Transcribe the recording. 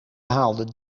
haalde